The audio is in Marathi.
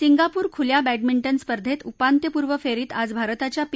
सिंगापूर खुल्या बॅडमिंटन स्पर्धेच्या उपान्त्यपूर्व फेरीत आज भारताच्या पी